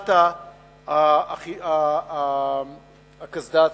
ושאלת הקסדה עצמה.